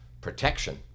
protection